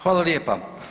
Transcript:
Hvala lijepa.